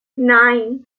nein